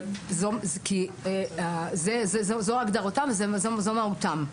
אבל זו הגדרתם וזו מהותם.